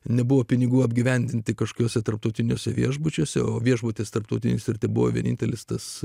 nebuvo pinigų apgyvendinti kažkokiuose tarptautiniuose viešbučiuose o viešbutis tarptautinis ir tebuvo vienintelis tas